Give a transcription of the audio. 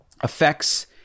affects